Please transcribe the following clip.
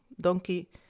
donkey